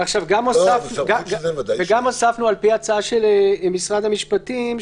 הוא אמצעי אכיפה של הגבלת הפעילות יוארך בהתאם.